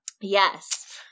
Yes